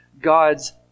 God's